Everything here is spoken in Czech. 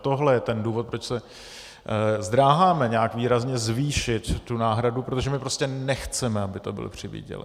Ale tohle je ten důvod, proč se zdráháme nějak výrazně zvýšit tu náhradu, protože my prostě nechceme, aby to byl přivýdělek.